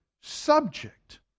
subject